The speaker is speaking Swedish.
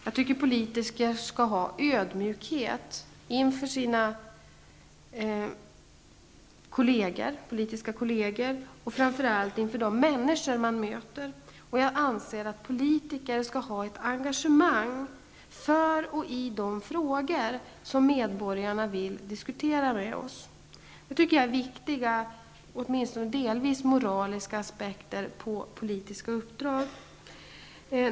Jag tycker att politiker skall vara ödmjuka gentemot sina politiska kolleger och de människor som man möter. Jag anser att politiker skall ha ett engagemang för och i de frågor som medborgarna vill diskutera med oss. Detta tycker jag är viktiga, och åtminstone delvis, moraliska aspekter på politiska uppdrag.